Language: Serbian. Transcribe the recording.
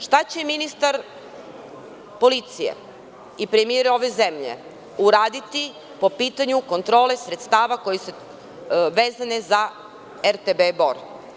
Šta će ministar policije i premijer ove zemlje uraditi po pitanju kontrole sredstava koja su vezana za RTB Bor?